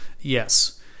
Yes